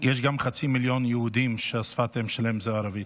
יש גם חצי מיליון יהודים ששפת האם שלהם היא ערבית.